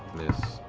miss,